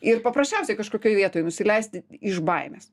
ir paprasčiausiai kažkokioj vietoj nusileisti iš baimės